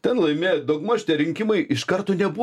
ten laimi daugmaž tie rinkimai iš karto nebuvo